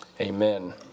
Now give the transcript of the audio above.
Amen